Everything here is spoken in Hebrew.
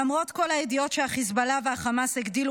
למרות כל הידיעות שהחיזבאללה והחמאס הגדילו